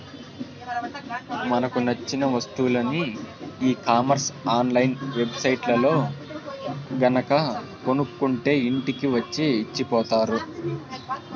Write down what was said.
మనకు నచ్చిన వస్తువులని e commerce online web సైట్లల్లో గనక కొనుక్కుంటే ఇంటికి వచ్చి ఇచ్చిపోతారు